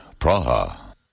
Praha